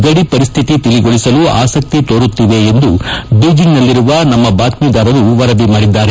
ಗಡಿ ಪರಿಸ್ಥಿತಿ ತಿಳಿಗೊಳಿಸಲು ಆಸಕ್ತಿ ತೋರುತ್ತಿವೆ ಎಂದು ಬೀಜೆಂಗ್ನಲ್ಲಿರುವ ನಮ್ನ ಬಾತ್ಸೀದಾರರು ವರದಿ ಮಾಡಿದ್ದಾರೆ